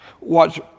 Watch